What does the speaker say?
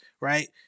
right